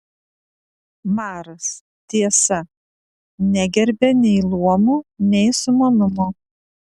maras tiesa negerbė nei luomų nei sumanumo